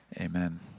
Amen